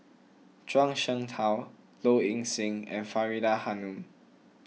Zhuang Shengtao Low Ing Sing and Faridah Hanum